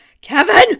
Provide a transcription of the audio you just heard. Kevin